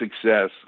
success